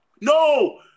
No